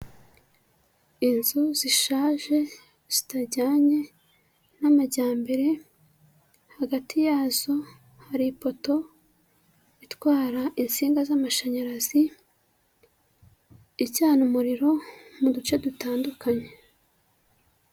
Inzu zishaje zitajyanye n'amajyambere, hagati yazo hari ipoto itwara insinga z'amashanyarazi, icana umuriro mu duce dutandukanye.